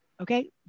Okay